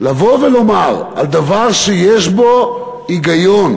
לבוא ולומר על דבר שיש בו היגיון,